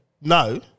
No